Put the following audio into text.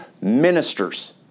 ministers